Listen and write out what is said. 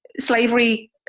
slavery